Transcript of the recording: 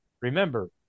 Remember